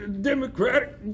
democratic